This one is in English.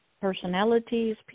personalities